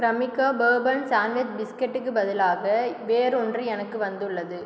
Cremica bourbon sandwich பிஸ்கட்டுக்குப் பதிலாக வேறொன்று எனக்கு வந்துள்ளது